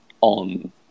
on